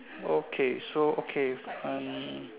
okay so okay find